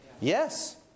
Yes